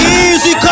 easy